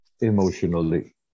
emotionally